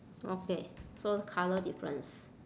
okay so colour difference